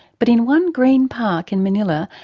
but in one green park in manila,